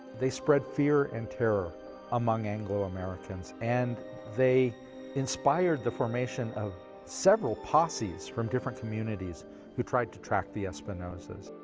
they spread fear and terror among anglo-americans. and they inspired the formation of several posses from different communities who tried to track the espinosas.